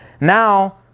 now